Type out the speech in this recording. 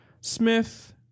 Smith